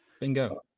Bingo